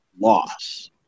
loss